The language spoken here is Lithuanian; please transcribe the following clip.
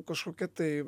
kažkokia tai